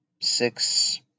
six